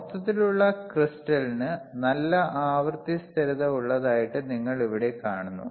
മൊത്തത്തിലുള്ള ക്രിസ്റ്റലിന് നല്ല ആവൃത്തി സ്ഥിരത ഉള്ളതായിട്ട് നിങ്ങൾ ഇവിടെ കാണുന്നു